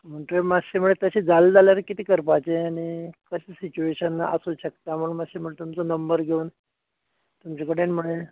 थंय मातशें जाले जाल्यार कितें करपाचे आनी कशें सिचवेशन आसूं शकता म्हणू मातशें तुमचो नंबर घेवन तुमचे कडेन म्हणलें